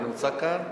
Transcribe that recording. הוא נמצא כאן?